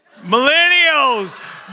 Millennials